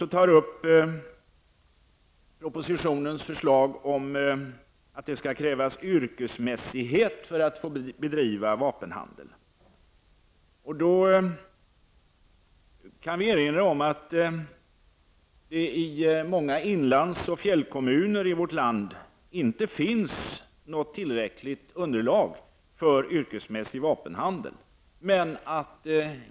Vi motionärer aktualiserar här propositionens förslag om att det skall krävas yrkesmässighet för att vapenhandel skall få bedrivas. Men i många inlands och fjällkommuner i vårt land finns det inte tillräckligt underlag för yrkesmässig vapenhandel.